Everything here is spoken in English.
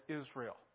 Israel